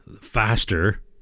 faster